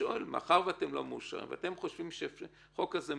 מאחר שאתם לא מאושרים ואתם חושבים שהחוק הזה מיותר,